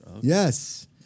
yes